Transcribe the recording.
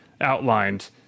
outlined